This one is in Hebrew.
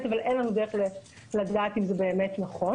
אבל אין לנו דרך לדעת אם זה באמת נכון